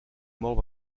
molt